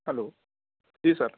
hello جی سر